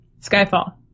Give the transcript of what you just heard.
Skyfall